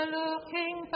looking